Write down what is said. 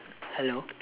hello